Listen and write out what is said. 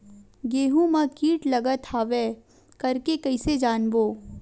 गेहूं म कीट लगत हवय करके कइसे जानबो?